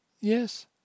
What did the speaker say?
Yes